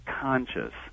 conscious